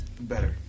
better